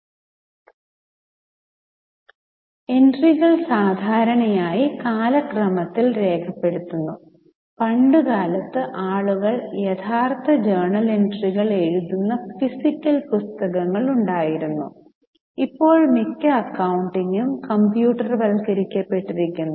എൻട്രികൾ സാധാരണയായി കാലക്രമത്തിൽ രേഖപ്പെടുത്തുന്നു പണ്ട് കാലത്തു ആളുകൾ യഥാർത്ഥത്തിൽ ജേണൽ എൻട്രികൾ എഴുതുന്ന ഫിസിക്കൽ പുസ്തകങ്ങൾ ഉണ്ടായിരുന്നു ഇപ്പോൾ മിക്ക അക്കൌണ്ടിങ്ങും കമ്പ്യൂട്ടർവത്കരിക്കപ്പെട്ടിരിക്കുന്നു